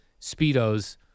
speedos